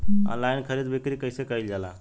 Online खरीद बिक्री कइसे कइल जाला?